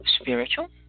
spiritual